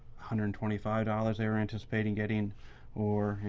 hundred and twenty five dollars they were anticipating getting or, you